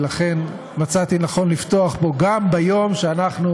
ולכן מצאתי לנכון לפתוח בו גם ביום שאנחנו